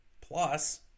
plus